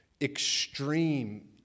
extreme